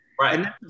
Right